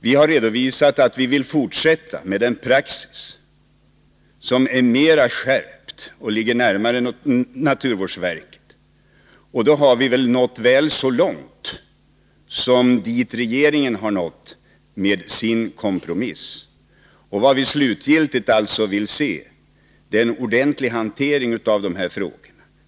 Vi har redovisat att vi vill fortsätta med den praxis som är mera skärpt och som ligger närmare naturvårdsverkets linje. Då har vi väl nått väl så långt som regeringen har nått med sin kompromiss? Vad vi vill se är alltså en ordentlig hantering av de här frågorna.